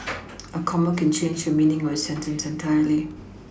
a comma can change the meaning of a sentence entirely